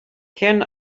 can